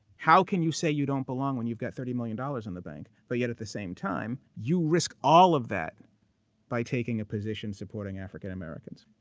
how can you say you don't belong when you've got thirty million dollars in the bank, but yet at the same time you risk all of that by taking a position supporting african americans?